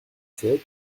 sept